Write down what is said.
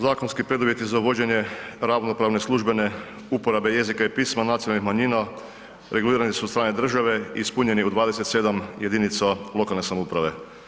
Zakonski preduvjeti za uvođenje ravnopravne službene uporabe jezika i pisma nacionalnih manjina regulirani su od strane države ispunjeni u 27 jedinica lokalne samouprave.